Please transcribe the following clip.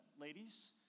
ladies